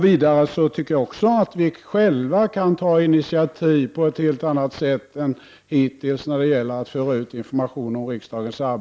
Vidare tycker jag att vi själva på ett helt annat sätt än hittills kan ta initiativ när det gäller att föra ut information om riksdagens arbete.